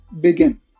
begin